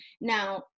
Now